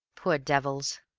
poor devils!